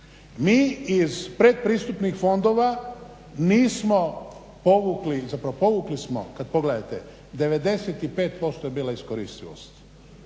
Mi iz predpristupnih fondova nismo povukli, zapravo povukli smo kad pogledate 95% je bila iskoristivost.